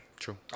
true